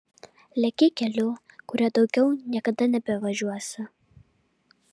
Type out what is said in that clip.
leki keliu kuriuo daugiau niekada nebevažiuosi